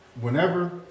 whenever